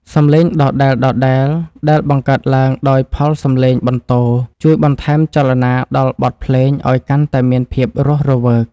សំឡេងដដែលៗដែលបង្កើតឡើងដោយផលសំឡេងបន្ទរជួយបន្ថែមចលនាដល់បទភ្លេងឱ្យកាន់តែមានភាពរស់រវើក។